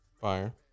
Fire